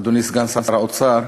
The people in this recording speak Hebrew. אדוני סגן שר האוצר,